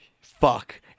Fuck